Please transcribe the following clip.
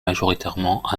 majoritairement